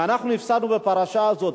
אם אנחנו הפסדנו בפרשה הזאת,